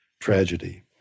tragedy